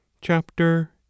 Chapter